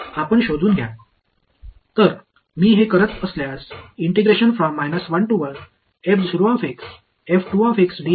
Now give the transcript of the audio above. என்று கண்டுபிடிப்போம் எனவே நான் என்பதை செய்தால் பதில் என்ன